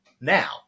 now